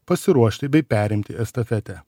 pasiruošti bei perimti estafetę